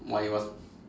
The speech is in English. why you want